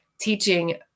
teaching